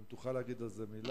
אם תוכל להגיד על זה מלה.